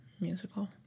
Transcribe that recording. musical